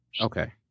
Okay